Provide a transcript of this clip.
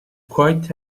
quite